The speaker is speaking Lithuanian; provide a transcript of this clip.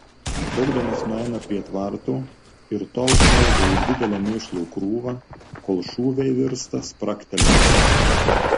šokdamas nueina prie tvarto ir tol šaudo į didelę mėšlo krūvą kol šūviai virsta spragtelėjimais